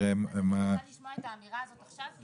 אני רוצה לשמוע את האמירה הזאת עכשיו.